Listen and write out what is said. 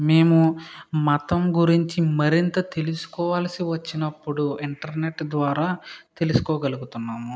మేము మతం గురించి మరింత తెలుసుకోవాల్సి వచ్చినప్పుడు ఇంటర్నెట్ ద్వారా తెలుసుకోగలుగుతున్నాము